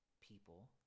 people